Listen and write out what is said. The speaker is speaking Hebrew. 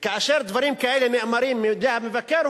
וכאשר דברים כאלה נאמרים על-ידי המבקר,